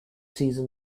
season